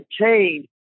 change